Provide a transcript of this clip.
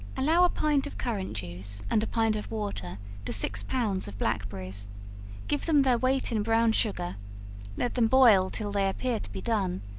allow a pint of currant juice and a pint of water to six pounds of blackberries give them their weight in brown sugar let them boil till they appear to be done,